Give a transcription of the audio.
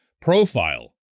profile